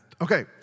Okay